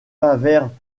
faverges